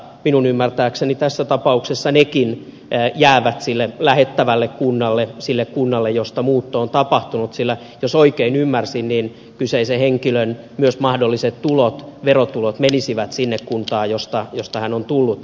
minun ymmärtääkseni tässä tapauksessa nekin jäävät sille lähettävälle kunnalle sille kunnalle josta muutto on tapahtunut sillä jos oikein ymmärsin niin myös kyseisen henkilön mahdolliset tulot verotulot menisivät sinne kuntaan josta hän on tullut